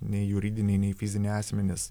nei juridiniai nei fiziniai asmenys